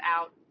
out